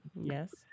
yes